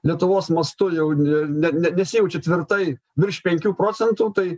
lietuvos mastu jau ne net nesijaučia tvirtai virš penkių procentų tai